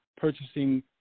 purchasing